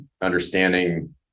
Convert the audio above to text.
understanding